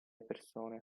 persone